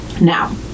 Now